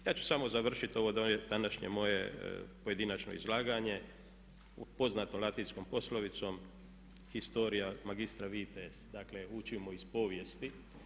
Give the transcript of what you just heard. Ja ću samo završiti ovo današnje moje pojedinačno izlaganje poznatom latinskom poslovicom historia magistra vitae – dakle učimo iz povijesti.